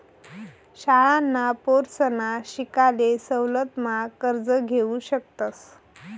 शाळांना पोरसना शिकाले सवलत मा कर्ज घेवू शकतस